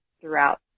throughout